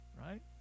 right